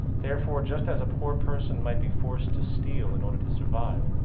therefore, just as a poor person might be forced to steal in order to survive,